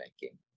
banking